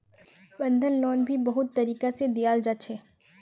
बंधक लोन भी बहुत तरीका से दियाल जा छे